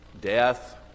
death